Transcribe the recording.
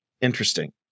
interesting